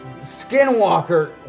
Skinwalker